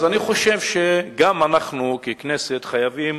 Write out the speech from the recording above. אז אני חושב שגם אנחנו, ככנסת, חייבים